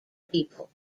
people